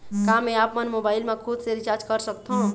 का मैं आपमन मोबाइल मा खुद से रिचार्ज कर सकथों?